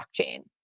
blockchain